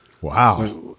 Wow